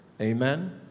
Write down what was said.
Amen